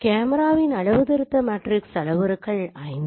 கேமராவின் அளவுத்திருத்த மேட்ரிக்ஸ் அளவுருக்கள் 5